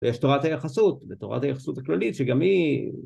ויש תורת היחסות, בתורת היחסות הכללית שגם היא...